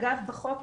אגב בחוק,